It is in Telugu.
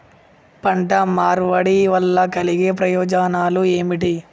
పంట మార్పిడి వల్ల కలిగే ప్రయోజనాలు ఏమిటి?